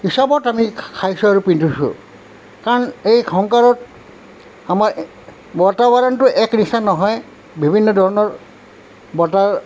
হিচাপত আমি খাইছোঁ আৰু পিন্ধিছোঁ কাৰণ এই সংসাৰত আমাৰ বতাৱৰণতো এক নিচিনা নহয় বিভিন্ন ধৰণৰ বতা